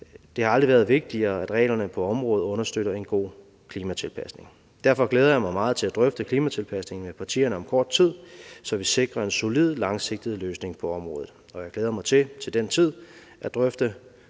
Det har aldrig været vigtigere, at reglerne på området understøtter en god klimatilpasning. Derfor glæder jeg mig meget til at drøfte klimatilpasninger med partierne om kort tid, så vi sikrer en solid langsigtet løsning på området. Og jeg glæder mig til – til den tid – at drøfte både alle